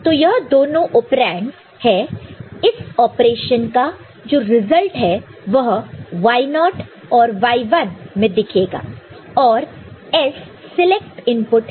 तो यह दोनों ओपेरंडस है इस ऑपरेशन का जो रिजल्ट है वह Y0 और Y1 में दिखेगा और S सिलेक्ट इनपुट है